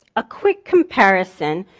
a quick comparison.